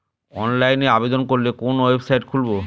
অনলাইনে আবেদন করলে কোন ওয়েবসাইট খুলব?